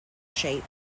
shape